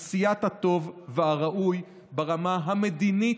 עשיית הטוב והראוי ברמה המדינית,